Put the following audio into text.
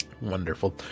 Wonderful